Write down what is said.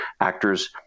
actors